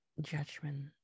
judgment